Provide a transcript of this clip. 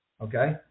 okay